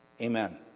Amen